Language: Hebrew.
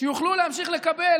שיוכלו להמשיך לקבל.